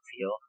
feel